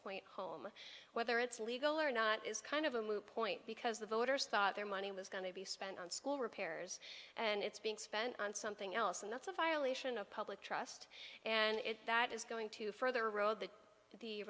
point home whether it's legal or not is kind of a moot point because the voters thought their money was going to be spent on school repairs and it's being spent on something else and that's a violation of public trust and if that is going to further role that the